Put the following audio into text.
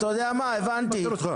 אתה יודע מה, הבנתי.